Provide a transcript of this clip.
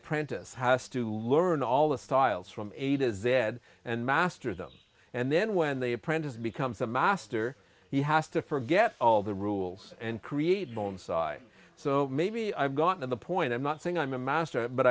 apprentice has to learn all the styles from eight is there and master them and then when the apprentice becomes a master he has to forget all the rules and create my own side so maybe i've gotten the point i'm not saying i'm a master but